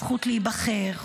הזכות להיבחר,